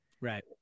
right